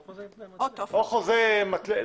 תובעת רישוי ארצי.